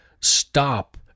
stop